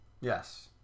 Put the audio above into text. Yes